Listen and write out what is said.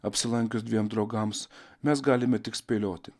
apsilankius dviem draugams mes galime tik spėlioti